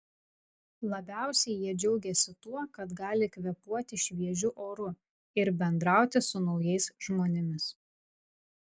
labiausiai jie džiaugėsi tuo kad gali kvėpuoti šviežiu oru ir bendrauti su naujais žmonėmis